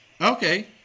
Okay